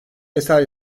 eser